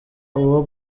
uwo